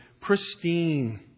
pristine